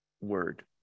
word